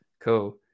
cool